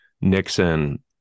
Nixon